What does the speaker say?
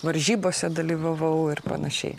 varžybose dalyvavau ir panašiai